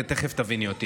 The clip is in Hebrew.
ותכף תביני אותי.